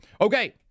Okay